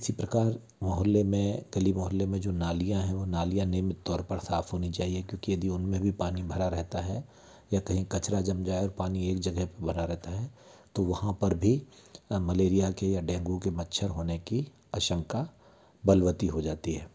इसी प्रकार मोहल्ले में गली मोहल्ले में जो नालियाँ हैं वो नालियां नियमित तौर पर साफ़ होनी चाहिए क्योंकि यदि उन में भी पानी भरा रहता है या कहीं कचरा जम जाए और पानी एक जगह पर भरा रहता है तो वहाँ पर भी मलेरिया के या डेंगू के मच्छर होने की आशंका बलवती हो जाती है